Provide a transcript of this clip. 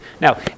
Now